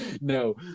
No